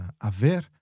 haver